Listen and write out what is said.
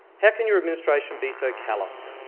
how can your administration be so callous?